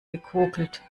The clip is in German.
gekokelt